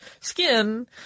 skin